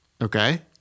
Okay